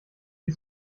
die